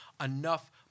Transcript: enough